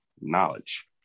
knowledge